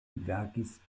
verkis